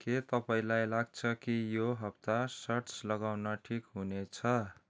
के तपाईँलाई लाग्छ कि यो हप्ता शर्ट्स लगाउन ठिक हुनेछ